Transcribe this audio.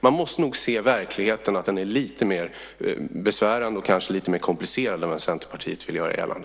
Man måste nog se att verkligheten är lite mer besvärande och kanske lite mer komplicerad än Centerpartiet vill göra gällande.